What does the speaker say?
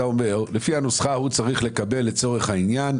אתה אומר שלפי הנוסחה הוא צריך לקבל לצורך העניין,